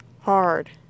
Hard